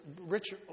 rich